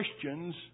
Christians